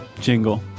jingle